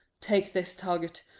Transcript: take this target,